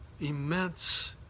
immense